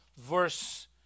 verse